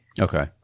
Okay